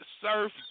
Surf